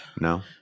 no